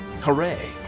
Hooray